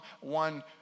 one